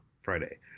Friday